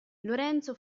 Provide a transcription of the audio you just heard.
lorenzo